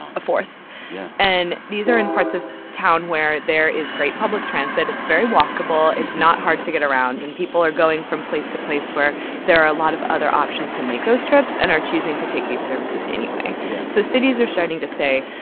a fourth yeah and these are in parts of town where there is great public transit. it's very walkable. it's not hard to get around. and people are going from place to place where there are a lot of other options to make those trips and are choosing to take these services anyway yeah so cities are starting to say,